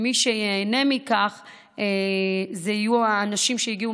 ומי שייהנה מכך יהיו האנשים שהגיעו